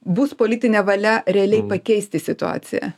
bus politinė valia realiai pakeisti situaciją